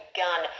gun